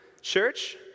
Church